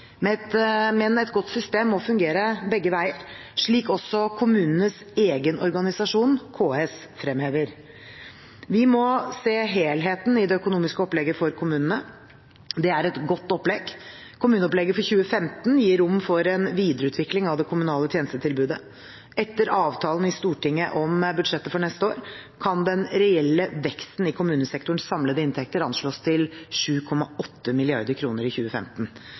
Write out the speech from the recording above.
Men et godt system må fungere begge veier, slik også kommunenes egen organisasjon, KS, fremhever. Vi må se helheten i det økonomiske opplegget for kommunene. Det er et godt opplegg. Kommuneopplegget for 2015 gir rom for en videreutvikling av det kommunale tjenestetilbudet. Etter avtalen i Stortinget om budsjettet for neste år kan den reelle veksten i kommunesektorens samlede inntekter anslås til 7,8 mrd. kr i 2015.